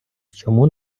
чому